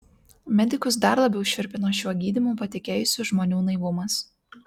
medikus dar labiau šiurpina šiuo gydymu patikėjusių žmonių naivumas